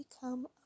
become